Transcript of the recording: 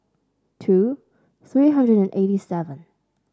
two three hundred and eighty seven